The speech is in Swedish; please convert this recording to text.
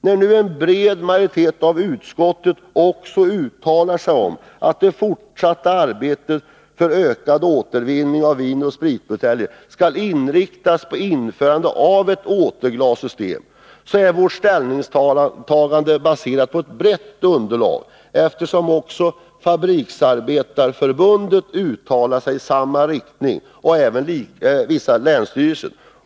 När nu en bred majoritet av utskottet också uttalar sig om att det fortsatta arbetet för ökad återvinning av vinoch spritbuteljer skall inriktas på införandet av ett återglassystem, så är vårt ställningstagande baserat på ett brett underlag, eftersom också Fabriksarbetareförbundet uttalat sig i samma riktning, liksom vissa länsstyrelser.